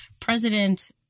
President